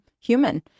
human